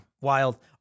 wild